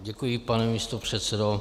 Děkuji, pane místopředsedo.